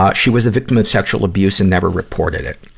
ah she was the victim of sexual abuse and never reported it.